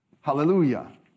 Hallelujah